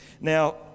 now